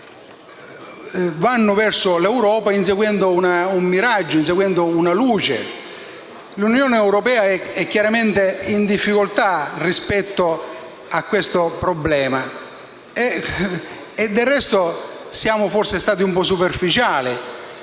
vanno verso l'Europa inseguendo un miraggio, una luce. L'Unione europea è chiaramente in difficoltà rispetto a questo problema e, del resto, siamo forse stati un po' superficiali.